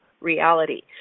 reality